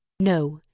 no!